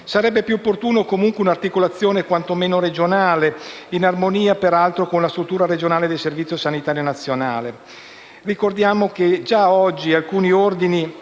Sarebbe più opportuno comunque un'articolazione quantomeno regionale, in armonia con la struttura regionale del Servizio sanitario nazionale. Ricordiamo che già oggi alcuni Ordini